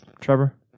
Trevor